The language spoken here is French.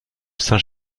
saint